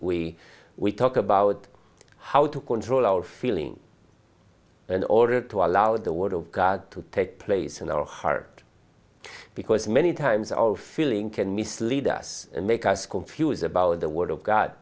we we talk about how to control our feelings in order to allow the word of god to take place in our heart because many times our feeling can mislead us and make us confuse about the word of god